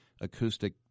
acoustic